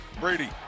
Brady